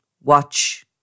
watch